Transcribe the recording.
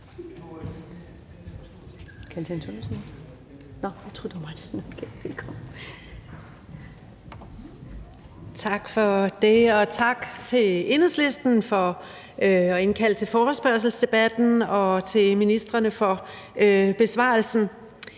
Tak for det. Tak til Enhedslisten for at indkalde til forespørgselsdebatten, og tak til ministrene for besvarelserne.